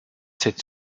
cette